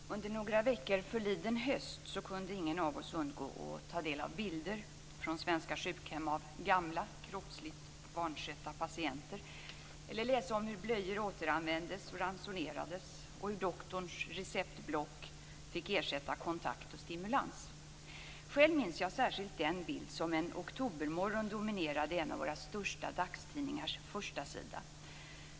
Fru talman! Under några veckor förliden höst kunde ingen av oss undgå att ta del av bilder från svenska sjukhem av gamla, kroppsligt vanskötta patienter eller att läsa om hur blöjor ransonerades och återanvändes och hur doktorns receptblock fick ersätta kontakt och stimulans. Själv minns jag särskilt den bild som en oktobermorgon dominerade en av våra största dagstidningars förstasida.